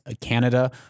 Canada